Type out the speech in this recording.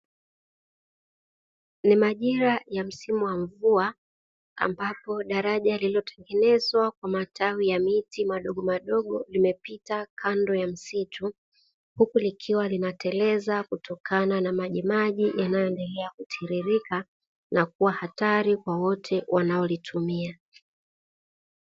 Ni majira ya msimu wa mvua ambapo daraja linalotengenezwa kwa matawi ya miti madogomadogo limepita kando ya msitu. Huku likiwa linatereza kutokana na maji yanayoendelea kutiririka na kuwa hatari kwa wote wamaolitumia.